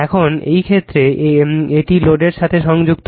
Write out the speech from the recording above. এখন এই ক্ষেত্রে এটি লোডের সাথে সংযুক্ত